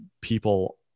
people